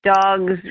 dogs